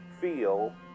feel